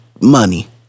money